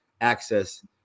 access